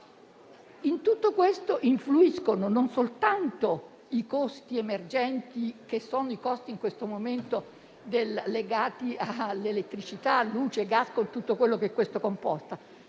In tutto questo influiscono non soltanto i costi emergenti, che sono in questo momento legati all'elettricità, alla luce e al gas, con tutto quello che ciò comporta,